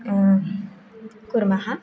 कुर्मः